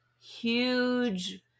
huge